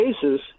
cases